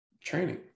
training